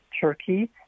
Turkey